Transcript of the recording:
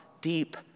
deep